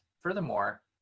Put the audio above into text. furthermore